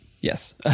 Yes